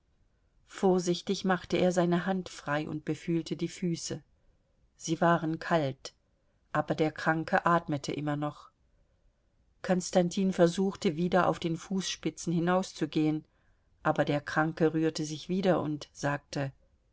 vorsichtig machte er seine hand frei und befühlte die füße sie waren kalt aber der kranke atmete immer noch konstantin versuchte wieder auf den fußspitzen hinauszugehen aber der kranke rührte sich wieder und sagte